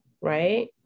right